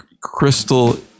crystal